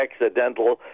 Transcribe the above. accidental